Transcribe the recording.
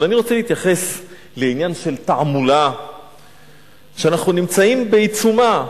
אבל אני רוצה להתייחס לעניין של תעמולה שאנחנו נמצאים בעיצומה,